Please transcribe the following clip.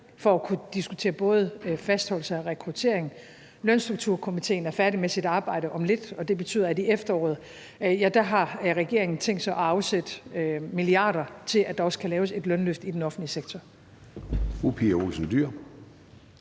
for at kunne diskutere både fastholdelse og rekruttering. Lønstrukturkomitéen er færdig med sit arbejde om lidt, og det betyder, at regeringen i efteråret har tænkt sig at afsætte milliarder til, at der også kan laves et lønløft i den offentlige sektor.